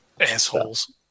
Assholes